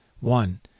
One